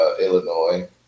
Illinois